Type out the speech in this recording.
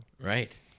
Right